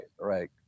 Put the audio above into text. right